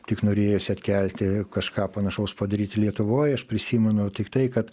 tik norėjosi atkelti kažką panašaus padaryti lietuvoj aš prisimenu tik tai kad